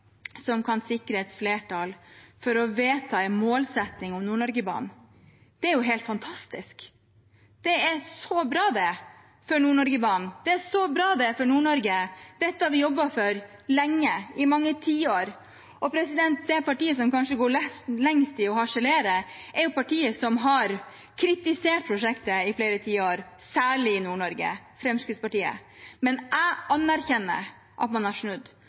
som kan sikre et flertall for å vedta en målsetting om Nord-Norge-banen. Det er jo helt fantastisk! Det er så bra for Nord-Norge. Dette har vi jobbet for lenge, i mange tiår. Det partiet som kanskje går lengst i å harselere, er partiet som har kritisert prosjektet i flere tiår, særlig i Nord-Norge, Fremskrittspartiet. Men jeg anerkjenner at man har snudd.